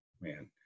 man